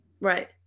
right